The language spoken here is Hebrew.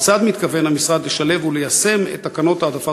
כיצד מתכוון המשרד לשלב וליישם את תקנות העדפת